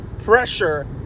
pressure